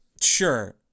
Sure